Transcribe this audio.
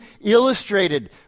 illustrated